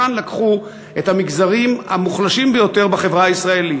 כאן לקחו את המגזרים המוחלשים ביותר בחברה הישראלית,